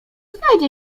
znajdzie